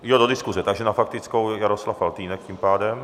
Do diskuse, takže na faktickou Jaroslav Faltýnek tím pádem.